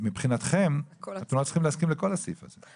מבחינתכם אתם לא צריכים להסכים לכל הסעיף הזה.